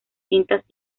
tintas